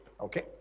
Okay